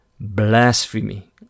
blasphemy